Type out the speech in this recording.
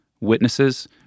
witnesses